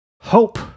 Hope